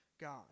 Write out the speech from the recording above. God